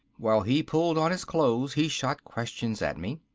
while he pulled on his clothes he shot questions at me.